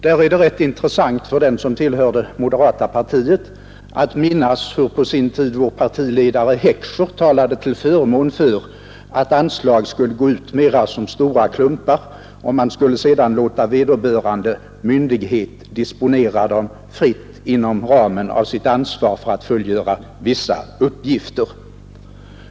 Det är rätt intressant för den som tillhör det moderata partiet att minnas att på sin tid vår partiledare Heckscher talade till förmån för att anslag i större utsträckning skulle utgå i stora klumpar och att man sedan skulle låta vederbörande myndighet disponera dem fritt inom ramen av sitt ansvar för att fullgöra vissa uppgifter.